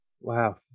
Wow